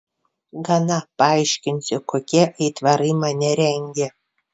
gana paaiškinsiu kokie aitvarai mane rengia